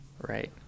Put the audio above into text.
right